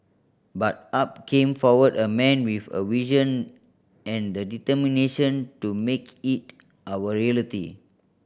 but up came forward a man with a vision and the determination to make it our reality